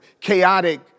chaotic